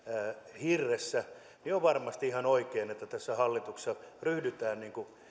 hirressä niin on varmasti ihan oikein että tässä hallituksessa ryhdytään